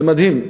זה מדהים.